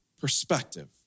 Perspective